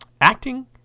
acting